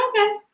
Okay